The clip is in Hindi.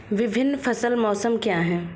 विभिन्न फसल मौसम क्या हैं?